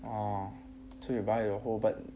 oh so you buy the whole